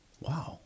Wow